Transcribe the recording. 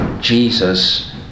Jesus